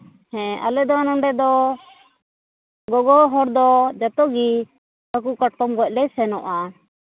ᱦᱮᱸ ᱟᱞᱮ ᱫᱚ ᱱᱚᱸᱰᱮ ᱫᱚ ᱜᱚᱜᱚ ᱦᱚᱲ ᱫᱚ ᱡᱚᱛᱚ ᱜᱤ ᱦᱟᱹᱠᱩ ᱠᱟᱴᱠᱚᱢ ᱜᱚᱡᱞᱮ ᱥᱮᱱᱚᱜᱼᱟ